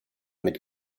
mit